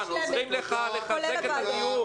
ניצן, אנחנו עוזרים לך לחזק את הטיעון.